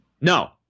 No